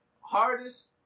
hardest